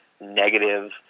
negative